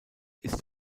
ist